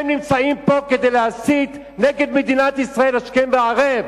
הם נמצאים פה כדי להסית נגד מדינת ישראל השכם והערב.